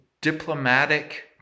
diplomatic